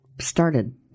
started